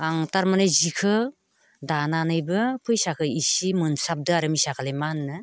आं थारमाने जिखौ दानानैबो फैसाखौ इसे मोनसाबदों आरो मिसाखौलाय मा होननो